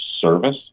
service